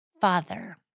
Father